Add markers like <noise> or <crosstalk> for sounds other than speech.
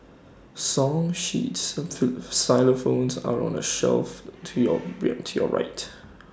song sheets <unintelligible> xylophones are on the shelf to you <noise> <unintelligible> to your right